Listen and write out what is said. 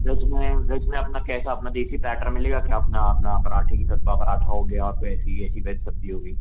veg में veg में अपना कैसा अपना देसी प्लैटर मिलेगा क्या अपना अपना पराठे पराठा हो गया आपको ऐसी ऐसी वेज सब्ज़ी हो गई